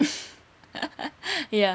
ya